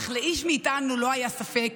אך לאיש מאיתנו לא היה ספק